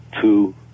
two